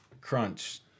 Crunch